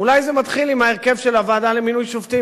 אולי זה מתחיל עם ההרכב של הוועדה למינוי שופטים,